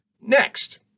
Next